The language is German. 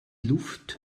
luft